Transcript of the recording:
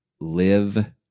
live